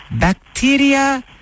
bacteria